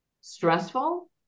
stressful